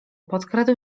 podkradł